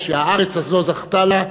שהארץ הזאת זכתה להם,